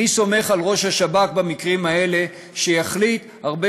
במקרים האלה אני סומך על ראש השב"כ שיחליט הרבה